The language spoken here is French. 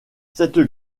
cette